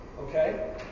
Okay